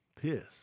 Piss